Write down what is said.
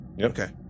Okay